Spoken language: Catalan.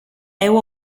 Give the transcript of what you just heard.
heu